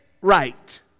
Right